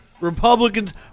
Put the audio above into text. Republicans